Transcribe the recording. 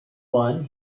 one